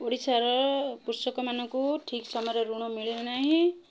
ଓଡ଼ିଶାର କୃଷକମାନଙ୍କୁ ଠିକ୍ ସମୟରେ ଋଣ ମିଳେ ନାହିଁ